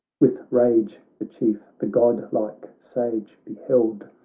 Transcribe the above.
with rage the chief, the godlike sage, beheld.